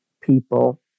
people